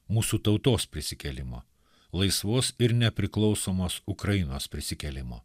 mūsų tautos prisikėlimo laisvos ir nepriklausomos ukrainos prisikėlimo